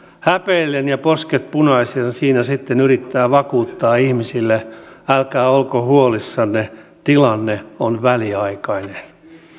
häpeillen ja posket punaisena siinä sitten yrittää vakuuttaa ihmisille älkää olko huolissanne tilanne on väliaikainen